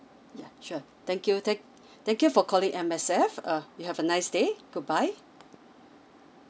yeah sure thank you thank thank you for calling M_S_F err you have a nice day goodbye